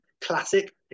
Classic